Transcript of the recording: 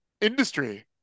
industry